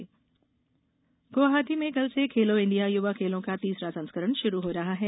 खेलो India Guwahati में कल से खेलो इंडिया युवा खेलों का तीसरा संस्करण शुरू हो रहा है